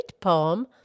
poem